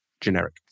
generic